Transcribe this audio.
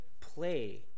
play